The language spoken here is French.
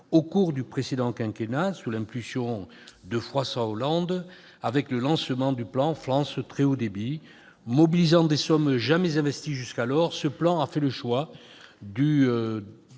au cours du précédent quinquennat, sous l'impulsion de François Hollande, avec le lancement du plan France très haut débit. Mobilisant des sommes jamais investies jusqu'alors, ce plan a fait le choix de